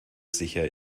sicher